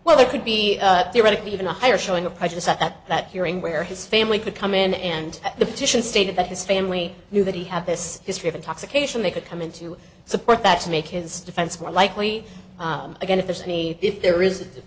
well there could be theoretically even a higher showing of prejudice at that hearing where his family could come in and the petition stated that his family knew that he had this history of intoxication they could come in to support that to make his defense more likely again if there's any if there is